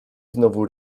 znowu